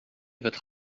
votre